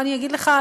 מה אני אגיד לך,